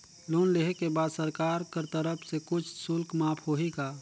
Loan लेहे के बाद सरकार कर तरफ से कुछ शुल्क माफ होही का?